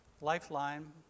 lifeline